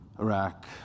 Iraq